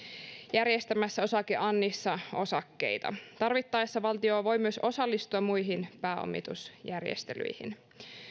järjestämässä osakeannissa osakkeita tarvittaessa valtio voi myös osallistua muihin pääomitusjärjestelyihin